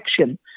action